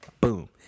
Boom